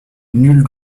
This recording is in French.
nulle